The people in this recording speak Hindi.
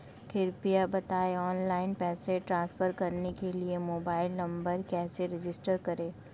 कृपया बताएं ऑनलाइन पैसे ट्रांसफर करने के लिए मोबाइल नंबर कैसे रजिस्टर करें?